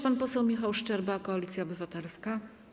Pan poseł Michał Szczerba, Koalicja Obywatelska.